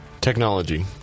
Technology